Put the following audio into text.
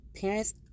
parents